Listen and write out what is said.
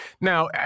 Now